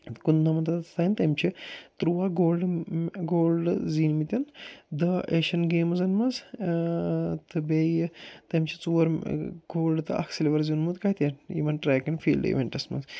کُننَمتھَس تام تٔمۍ چھِ تُرٛواہ گولڈ گولڈ زیٖنۍمٕتۍ دَہ ایشین گیمزَن منٛز تہٕ بیٚیہِ تٔمۍ چھِ ژور گولڈ تہٕ اَکھ سِلوَر زیوٗنمُت کَتہِ یِمَن ٹرٛیکَن فیٖلڈ اِوٮ۪نٛٹَس منٛز